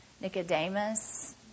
Nicodemus